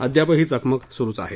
अद्यापही चकमक सुरूच आहे